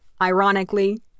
Ironically